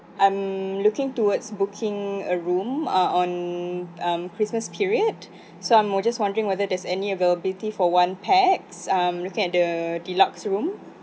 I'm looking towards booking a room on on um christmas period so I was just wondering whether there's any availability for one pax I'm looking at the deluxe room